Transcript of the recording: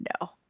No